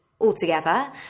altogether